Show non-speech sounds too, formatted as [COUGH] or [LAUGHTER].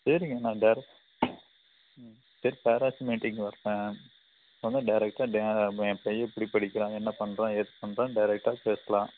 சரிங்க நான் டேரெக் ம் [UNINTELLIGIBLE] மீட்டிங் வர்றேன் அப்போ வந்து டேரெக்டாக நேராக என் பையன் எப்படி படிக்கிறான் என்ன பண்ணுறான் ஏது பண்ணுறான் டேரெக்டாக பேசலாம்